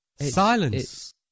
Silence